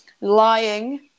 lying